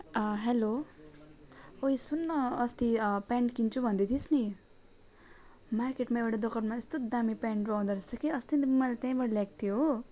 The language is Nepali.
हेलो ओए सुन् न अस्ति पेन्ट किन्छु भन्दैथिइस् नि मार्केटमा एउटा दोकानमा यस्तो दामी पेन्ट रहँदो रहेछ कि अस्ति नै मैले त्यहीँबाट ल्याएको थिएँ हो